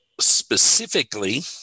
specifically